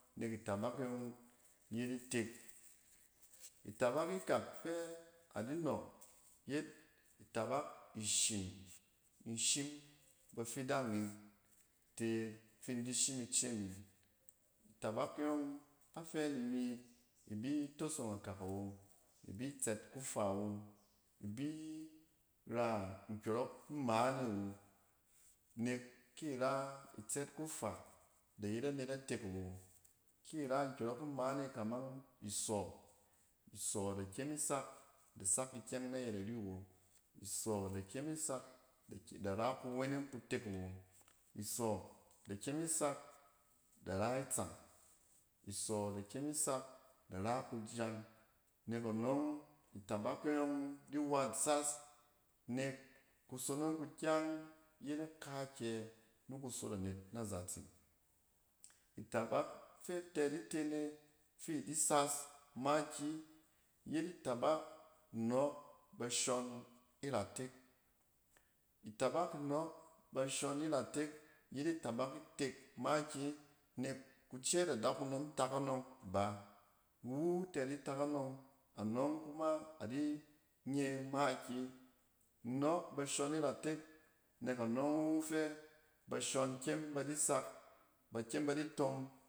Nek itabak e yɔng yet itek. Itabak ikak fɛ adi nɔk, yet, itabak ishin. In shim bafidong in te fin di shim ice min. Itabak e yɔng, afɛ ni mi ibi tosong akak awom, ibi tsɛt kufa awo, ibi ra nkyɔrɔk nmaane awo, nek kira, itsɛt kufa ida yet anet atek awo. Ki ra nkyɔrɔk in maane kamang isɔ, isɔ da kyem isak da sak kyɔng nayɛt ari wo. Isɔ da kyem isak da ra luweneng kutek awo. Isɔ, da kyem isak da ra itsang, isɔ da kyem isak da ra kujang. Nek anɔng itabak e yɔng di wat sas, nek kusonong kukyang yet akaakyɛ nikusot anet na zatse. Itabak fɛ a tɛ di te ne fi idi sas makiyi, yet itabak inɔɔk bashɔn iratek. Itabak inɔɔk bashɔn iratek yet itabak itek makiji nek kucɛɛt adakunom tak anɔng ba. Iwu tɛ di tak anɔng, anɔng kuma adi nye makiyi. In nɔɔk bashɔn iratek nek anɔng fɛ wu fɛ bashɔn kyem ba di sak, ba kyem ba di tom